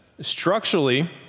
Structurally